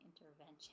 intervention